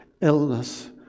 Illness